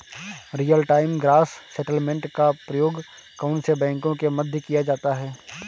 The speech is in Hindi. रियल टाइम ग्रॉस सेटलमेंट का प्रयोग कौन से बैंकों के मध्य किया जाता है?